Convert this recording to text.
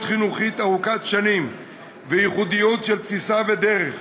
חינוכית ארוכת שנים וייחודיות של תפיסה ודרך